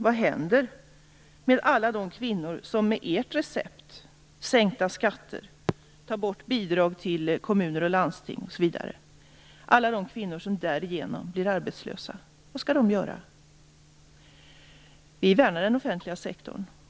Vad händer med alla de kvinnor som med ert recept - sänkta skatter, att ta bort bidrag till kommuner och landsting, osv. - blir arbetslösa? Vad skall de göra? Vi värnar den offentliga sektorn.